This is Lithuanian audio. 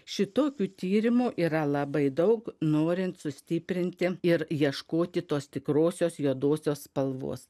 šitokių tyrimų yra labai daug norint sustiprinti ir ieškoti tos tikrosios juodosios spalvos